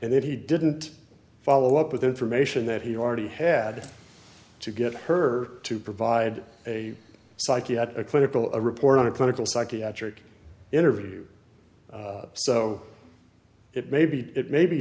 and that he didn't follow up with information that he already had to get her to provide a psychiatric clinical a report on a clinical psychiatric interview so it may be it may be